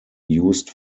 used